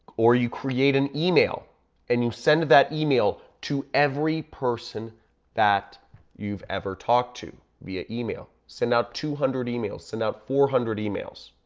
or you create an email and you send that email to every person that you've ever talked to via email. send out two hundred emails, send out four hundred emails,